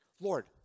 Lord